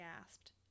gasped